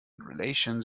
relations